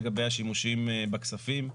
לגבי השימושים בכספים,